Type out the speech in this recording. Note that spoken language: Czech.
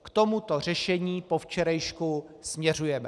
K tomuto řešení po včerejšku směřujeme.